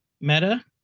Meta